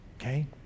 okay